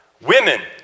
Women